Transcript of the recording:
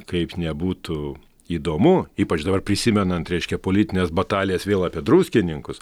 kaip nebūtų įdomu ypač dabar prisimenant reiškia politines batalijas vėl apie druskininkus